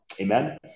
amen